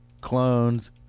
clones